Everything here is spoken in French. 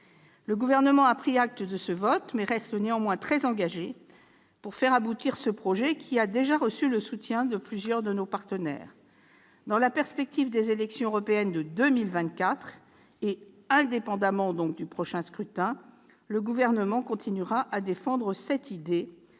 Le Gouvernement a pris acte de ce vote, mais reste néanmoins très engagé pour faire aboutir ce projet, qui a déjà reçu le soutien de plusieurs de nos partenaires. Dans la perspective des élections européennes de 2024 et indépendamment du prochain scrutin, il continuera à défendre cette idée,